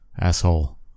asshole